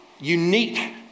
unique